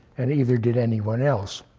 and neither did anyone else,